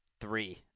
three